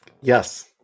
Yes